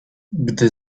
gdy